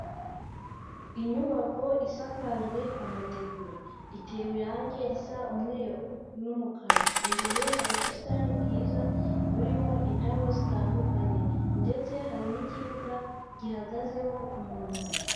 Inyubako isakajwe amategura, itewe irangi risa umweru n'umukara, imbere hari ubusitani bwiza burimo indabo zitandukanye ndetse hari n'ikibuga gihagazeho umuntu.